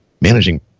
Managing